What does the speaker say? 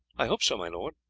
i hope so, my lord.